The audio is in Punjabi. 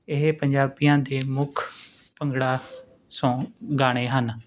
ਇਹ ਪੰਜਾਬੀਆਂ ਦੇ ਮੁੱਖ ਭੰਗੜਾ ਸੋਂਗ ਗਾਣੇ ਹਨ